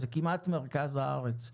זה כמעט מרכז הארץ.